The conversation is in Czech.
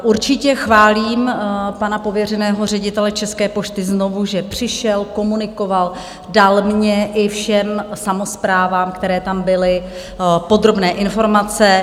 Určitě chválím pana pověřeného ředitele České pošty znovu, že přišel, komunikoval, dal mně i všem samosprávám, které tam byly, podrobné informace.